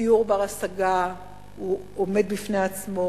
דיור בר-השגה הוא עומד בפני עצמו,